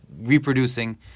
reproducing